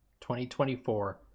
2024